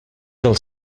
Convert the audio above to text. del